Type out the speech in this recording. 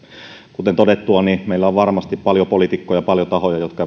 kuten todettua meillä on varmasti paljon poliitikkoja ja paljon tahoja jotka